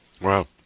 Wow